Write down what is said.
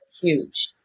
huge